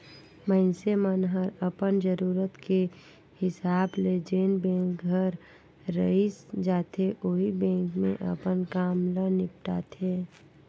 मइनसे मन हर अपन जरूरत के हिसाब ले जेन बेंक हर रइस जाथे ओही बेंक मे अपन काम ल निपटाथें